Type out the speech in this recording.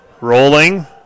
Rolling